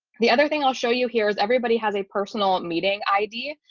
the other thing i'll show you here is everybody has a personal meeting id.